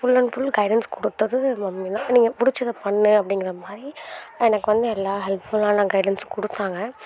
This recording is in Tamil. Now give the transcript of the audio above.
ஃபுல் அண்ட் ஃபுல் கைடன்ஸ் கொடுத்தது மம்மி தான் நீங்கள் பிடிச்சத பண்ணு அப்படிங்கற மாதிரி எனக்கு வந்து எல்லா ஹெல்ப்ஃபுல்லான கைடன்ஸ் கொடுத்தாங்க